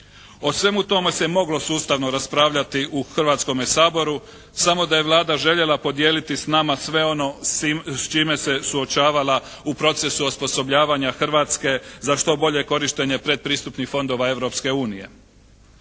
O svemu tome se moglo sustavno raspravljati u Hrvatskome saboru samo da je Vlada željela podijeliti s nama sve ono s čime se suočavala u procesu osposobljavanja Hrvatske za što bolje korištenje predpristupnih fondova